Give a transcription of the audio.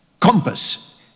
compass